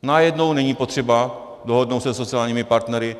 Najednou není potřeba se dohodnout se sociálními partnery.